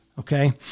Okay